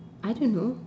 I don't know